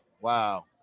Wow